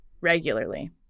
regularly